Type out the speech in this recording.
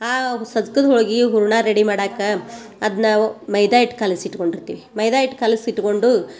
ಆ ಸಜ್ಕದ ಹೋಳ್ಗಿ ಹೂರ್ಣ ರೆಡಿ ಮಾಡಾಕ ಅದು ನಾವು ಮೈದಾ ಹಿಟ್ಟು ಕಲಿಸಿ ಇಟ್ಕೊಂಡಿರ್ತೀವಿ ಮೈದಾ ಹಿಟ್ಟು ಕಲಿಸಿ ಇಟ್ಕೊಂಡು